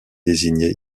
désigné